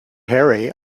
harry